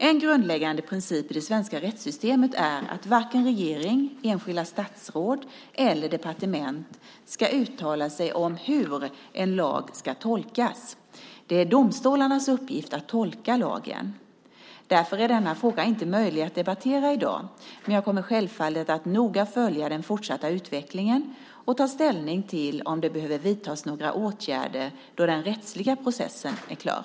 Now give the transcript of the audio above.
En grundläggande princip i det svenska rättssystemet är att varken regering, enskilda statsråd eller departement ska uttala sig om hur en lag ska tolkas. Det är domstolarnas uppgift att tolka lagen. Därför är denna fråga inte möjlig att debattera i dag, men jag kommer självfallet att noga följa den fortsatta utvecklingen och ta ställning till om det behöver vidtas några åtgärder då den rättsliga processen är klar.